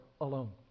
alone